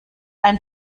ein